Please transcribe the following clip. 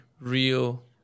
real